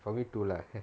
for me two lah